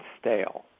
stale